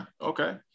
okay